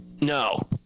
No